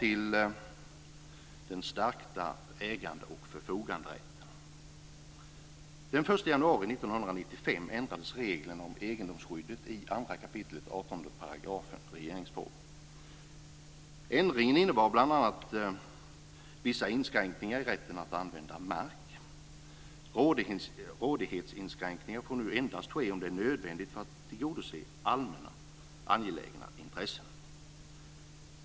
Sedan vill jag säga något om den stärkta ägande och förfoganderätten. Den 1 januari 18 § regeringsformen. Ändringen innebar bl.a. vissa inskränkningar i rätten att använda mark. Rådighetsinskränkningar får nu ske endast om det är nödvändigt för att tillgodose allmänna angelägna intressen.